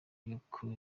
yuko